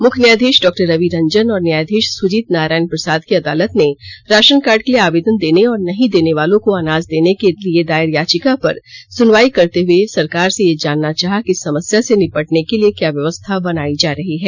मुख्य न्यायधीश डॉ रवि रंजन और न्यायधीश सुजीत नारायण प्रसाद की अदालत ने राशन कार्ड के लिए आवेदन देने और नहीं देने वालों को अनाज देने के लिए दायर याचिका पर सुनवाई करते हुए सरकार से यह जानना चाहा कि इस समस्या से निपटने के लिए क्या व्यवस्था बनाई जा रही है